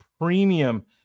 premium